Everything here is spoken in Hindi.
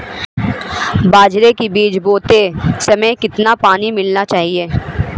बाजरे के बीज बोते समय कितना पानी मिलाना चाहिए?